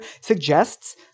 suggests